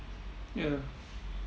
ya